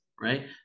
right